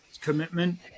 commitment